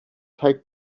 take